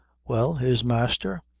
well, his masther?